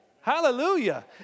Hallelujah